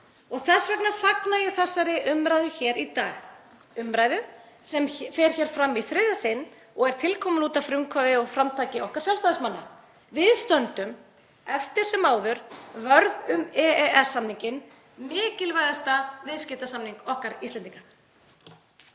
Þess vegna fagna ég þessari umræðu hér í dag, umræðu sem fer hér fram í þriðja sinn og er til komin út af frumkvæði og framtaki okkar Sjálfstæðismanna. Við stöndum eftir sem áður vörð um EES-samninginn, mikilvægasta viðskiptasamning okkar Íslendinga.